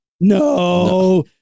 No